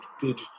good